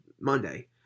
Monday